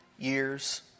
Years